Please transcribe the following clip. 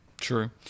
True